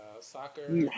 Soccer